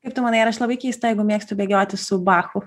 kaip tu manai ar aš labai keista jeigu mėgstu bėgioti su bachu